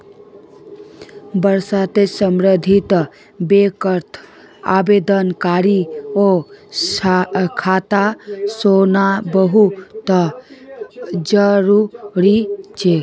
वशर्ते सम्बन्धित बैंकत आवेदनकर्तार खाता होना बहु त जरूरी छेक